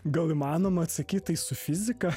gal įmanoma atsakyt tai su fizika